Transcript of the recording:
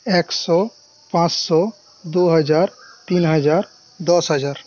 একশো পাঁচশো দু হাজার তিন হাজার দশ হাজার